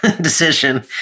decision